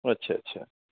अच्छा अच्छा